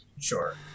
Sure